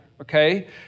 Okay